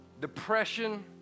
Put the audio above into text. depression